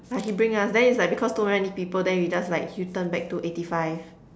like he bring us then it's like because too many people then he just like U-turn back to eighty five